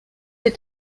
est